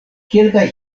kelkaj